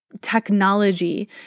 technology